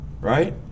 right